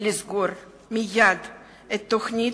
לסגור מייד את התוכנית,